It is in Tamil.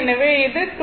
எனவே அது 2199